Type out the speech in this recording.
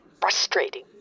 frustrating